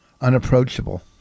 unapproachable